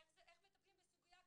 איך מטפלים בסוגיה כזאת,